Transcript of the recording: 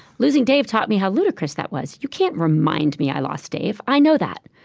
losing dave taught me how ludicrous that was. you can't remind me i lost dave. i know that.